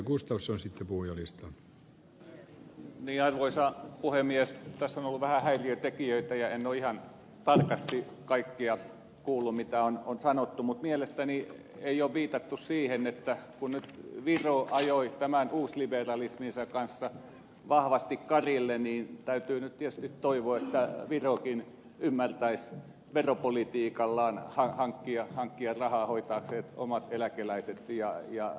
tässä on ollut vähän häiriötekijöitä ja en ole ihan tarkasti kaikkea kuullut mitä on sanottu mutta mielestäni ei ole viitattu siihen että kun nyt viro ajoi tämän uusliberalisminsa kanssa vahvasti karille niin täytyy nyt tietysti toivoa että virokin ymmärtäisi veropolitiikallaan hankkia rahaa hoitaakseen omat eläkeläisensä ja köyhänsä